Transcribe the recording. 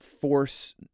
force